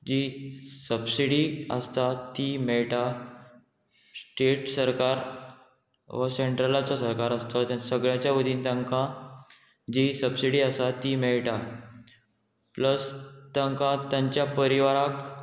जी सबसिडी आसता ती मेळटा स्टेट सरकार हो सेंट्रलाचो सरकार आसता सगळ्यांच्या वतीन तेकां जी सबसिडी आसा ती मेळटा प्लस तांकां तांच्या परिवाराक